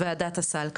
וועדת הסל,